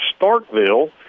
Starkville